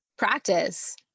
practice